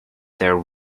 there